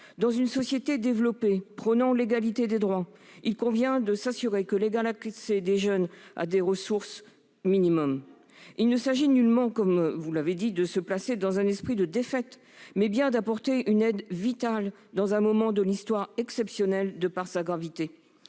Dans une société développée prônant l'égalité des droits, il convient de s'assurer de l'égal accès des jeunes à un niveau de ressources minimum. Il ne s'agit nullement, comme vous l'avez dit, de se placer dans un « esprit de défaite », mais bien d'apporter une aide vitale dans un moment de l'histoire exceptionnel à raison de sa gravité.